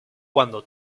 cuando